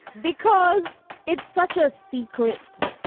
because it's such a secret.